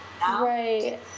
Right